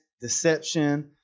deception